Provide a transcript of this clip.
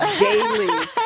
daily